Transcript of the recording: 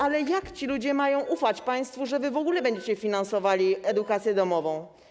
Ale jak ci ludzie mają ufać państwu, że wy w ogóle będziecie finansowali edukację domową?